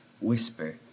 whisper